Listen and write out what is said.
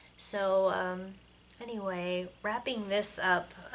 so, anyway, wrapping this up,